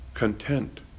content